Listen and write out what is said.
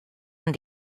amb